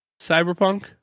Cyberpunk